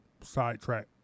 sidetrack